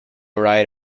right